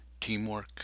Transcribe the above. teamwork